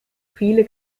viele